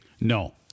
No